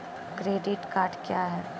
Credit card क्या हैं?